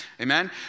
Amen